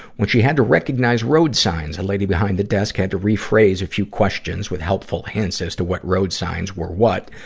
when she had to recognize road signs, the and lady behind the desk had to rephrase a few questions with helpful hints as to what road signs were what.